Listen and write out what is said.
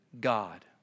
God